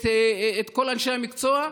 את כל אנשי המקצוע,